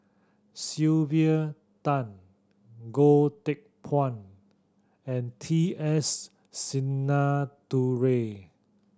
Sylvia Tan Goh Teck Phuan and T S Sinnathuray